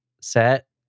Set